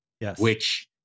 Yes